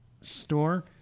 store